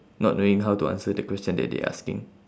not knowing how to answer the question that they asking